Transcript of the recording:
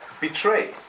betray